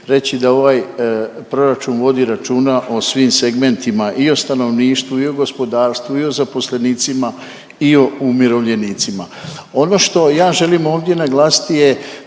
reći da ovaj proračun vodi računa o svim segmentima i o stanovništvu i o gospodarstvu i o zaposlenicima i o umirovljenicima. Ono što ja želim ovdje naglasiti je